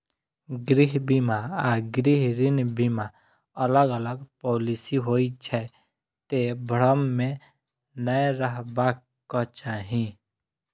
गृह बीमा आ गृह ऋण बीमा अलग अलग पॉलिसी होइ छै, तें भ्रम मे नै रहबाक चाही